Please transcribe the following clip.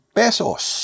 pesos